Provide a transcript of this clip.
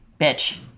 bitch